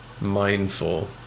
mindful